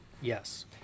Yes